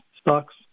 stocks